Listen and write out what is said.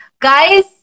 Guys